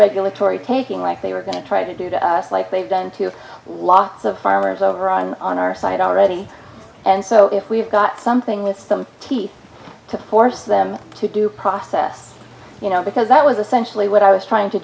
regulatory taking like they were going to try to do to us like they've done to lots of farmers over on on our side already and so if we've got something with some teeth to force them to due process you know because that was essentially what i was trying to